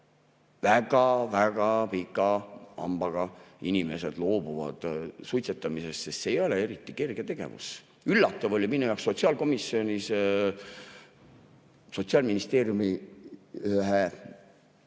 Väga-väga pika hambaga inimesed loobuvad suitsetamisest, sest see ei ole eriti kerge tegevus. Üllatav oli minu jaoks sotsiaalkomisjonis Sotsiaalministeeriumi ühe